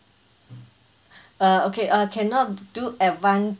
uh okay uh cannot do advance